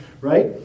Right